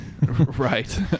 Right